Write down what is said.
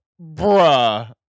Bruh